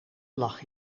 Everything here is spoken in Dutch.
lag